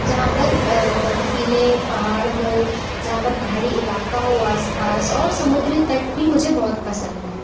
जहाँ पर बर्फीले पहाड़ हों जहाँ पर पहाड़ी इलाका हो आसपास और समुद्री तट भी मुझे बहुत पसंद हैं